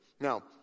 Now